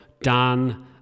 dan